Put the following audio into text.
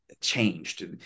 changed